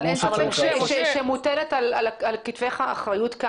אין ספק שבכל זאת מוטלת על כתפיך אחריות.